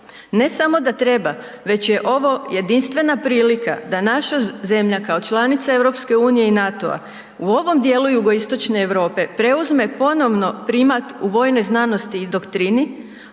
Ne samo da treba već je ovo jedinstvena prilika da naša zemlja kao članica EU i NATO-a u ovom dijelu jugoistočne Europe preuzme ponovno primat u vojnoj znanosti i doktrini,